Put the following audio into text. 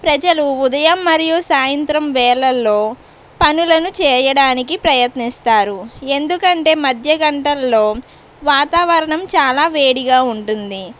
ప్రజలు ఉదయం మరియు సాయంత్రం వేళల్లో పనులను చేయడానికి ప్రయత్నిస్తారు ఎందుకంటే మధ్యగంటల్లో వాతావరణం చాలా వేడిగా ఉంటుంది